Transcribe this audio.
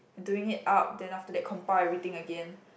doing it up then after that compile everything again